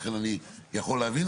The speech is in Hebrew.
לכן אני יכול להבין.